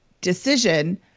decision